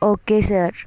okay sir